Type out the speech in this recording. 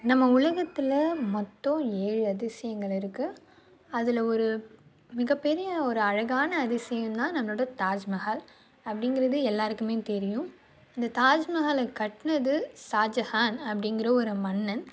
நம்ம உலகத்தில் மொத்தம் ஏழு அதிசயங்கள் இருக்குது அதில் ஒரு மிகப்பெரிய ஒரு அழகான அதிசயன்னா நம்மளோட தாஜ்மஹால் அப்படிங்கிறது எல்லாருக்குமே தெரியும் அந்த தாஜ்மஹாலை கட்டுனது ஷாஜகான் அப்படிங்குற ஒரு மன்னன்